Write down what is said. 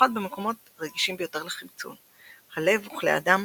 במיוחד במקומות הרגישים ביותר לחמצון- הלב וכלי הדם,